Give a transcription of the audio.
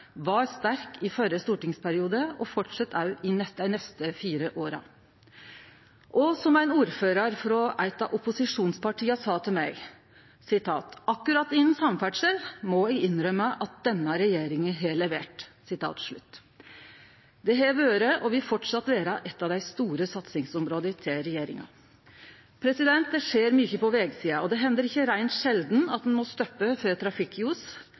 var sterk i førre stortingsperiode og fortset også i dei neste fire åra. Som ein ordførar frå eit av opposisjonspartia sa til meg: «Akkurat innan samferdsel må eg innrømme at denne regjeringa har levert.» Det har vore og vil framleis vere eit av dei store satsingsområda til regjeringa. Det skjer mykje på vegsida, og det hender ikkje reint sjeldan at ein må stoppe for